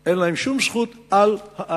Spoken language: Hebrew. בארץ, אין להם שום זכות על הארץ.